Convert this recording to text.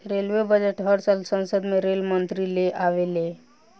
railway budget हर साल संसद में रेल मंत्री ले आवेले ले